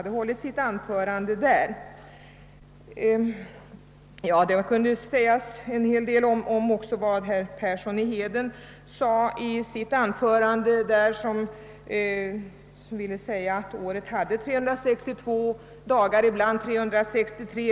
Det kan sägas en hel del om vad herr Persson i Heden anförde i sitt inlägg. Han påstod att året hade 362 dagar och ibland 363.